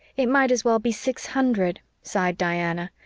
it might as well be six hundred, sighed diana.